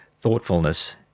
thoughtfulness